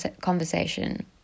conversation